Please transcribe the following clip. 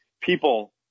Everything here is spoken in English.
people